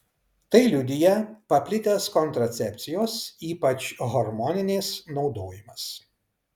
tai liudija paplitęs kontracepcijos ypač hormoninės naudojimas